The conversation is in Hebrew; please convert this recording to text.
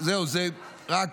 זהו,